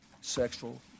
sexual